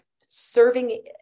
serving